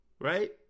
right